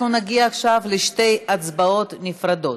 אנחנו נגיע עכשיו לשתי הצבעות נפרדות.